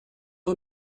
aux